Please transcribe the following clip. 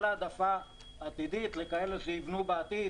כל העדפה עתידית לכאלה שיבנו בעתיד,